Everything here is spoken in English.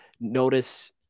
notice